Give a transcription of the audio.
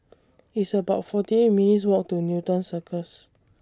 It's about forty eight minutes' Walk to Newton Circus